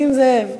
נסים זאב.